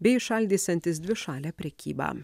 bei įšaldysiantis dvišalę prekybą